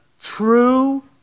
true